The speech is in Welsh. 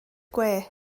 gwe